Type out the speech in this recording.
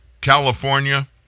California